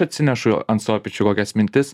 atsinešu ant savo pečių kokias mintis